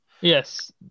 Yes